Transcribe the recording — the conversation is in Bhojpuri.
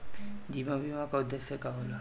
जीवन बीमा का उदेस्य का होला?